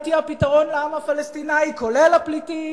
היא הפתרון לעם הפלסטיני כולל הפליטים.